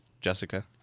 Jessica